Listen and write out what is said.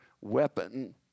weapon